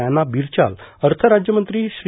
एना बिरचाल अर्थ राज्यमंत्री श्री